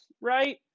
right